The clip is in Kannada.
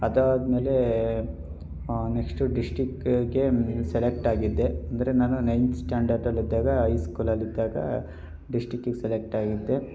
ಅದಾದ್ಮೇಲೆ ನೆಕ್ಸ್ಟು ಡಿಸ್ಟಿಕ್ಗೆ ಸೆಲೆಕ್ಟ್ ಆಗಿದ್ದೆ ಅಂದರೆ ನಾನು ನೈನ್ತ್ ಸ್ಟ್ಯಾಂಡರ್ಡಲ್ಲಿದ್ದಾಗ ಐಸ್ಕೂಲಲ್ಲಿದ್ದಾಗ ಡಿಸ್ಟಿಕ್ಕಿಗೆ ಸೆಲೆಕ್ಟ್ ಆಗಿದ್ದೆ